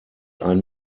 einen